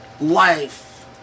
life